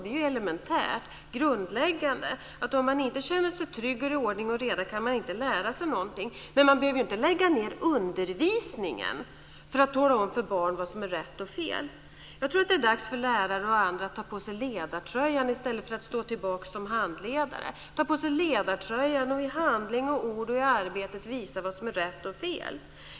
Det är elementärt och grundläggande att om man inte känner sig trygg och om det inte är ordning och reda så kan man inte lära sig någonting. Men man behöver ju inte lägga ned undervisningen för att tala om för barn vad som är rätt och fel. Jag tror att det är dags för lärare och andra att ta på sig ledartröjan i stället för att stå tillbaka som handledare. Man måste ta på sig ledartröjan och i handling och ord i arbetet visa vad som är rätt och fel.